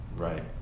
Right